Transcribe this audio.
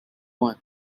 one